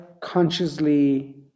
consciously